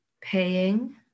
Paying